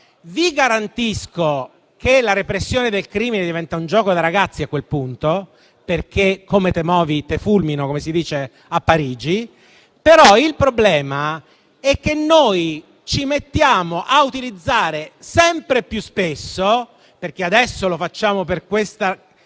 vi garantisco che la repressione del crimine diventa un gioco da ragazzi a quel punto, perché "come te movi te fulmino", come si dice a Parigi. Il problema è che noi ci mettiamo a utilizzare sempre più spesso questo metodo, perché adesso lo facciamo per questa